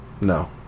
No